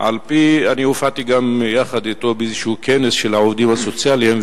הופעתי יחד אתו באיזה כנס של העובדים הסוציאליים,